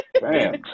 Bam